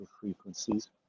frequencies